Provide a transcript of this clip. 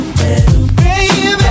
Baby